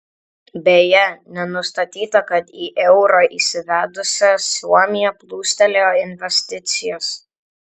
beje nenustatyta kad į eurą įsivedusią suomiją plūstelėjo investicijos